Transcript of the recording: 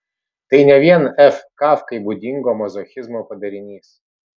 tai ne vien f kafkai būdingo mazochizmo padarinys